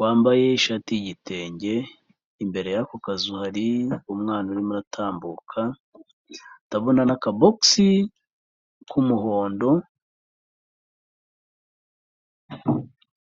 wambaye ishati y'igitenge. Imbere y'ako kazu hari umwana urimo uratambuka. Ndabona n'akabokisi k'umuhondo.